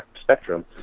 spectrum